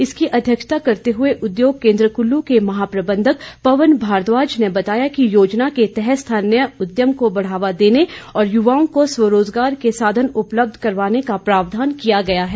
इसकी अध्यक्षता करते हुए उद्योग केंद्र कुल्लू के महाप्रबंधक पवन भारद्वाज ने बताया कि योजना के तहत स्थानीय उद्यम को बढ़ावा देने और युवाओं को स्वरोजगार के साधन उपलब्ध करवाने का प्रावधान किया गया है